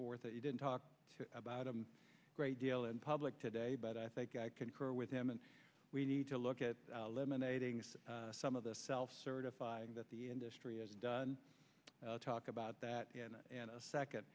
forth that you didn't talk about a great deal in public today but i think i concur with him and we need to look at lemonade some of the self certifying that the industry has done talk about that and a second